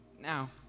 now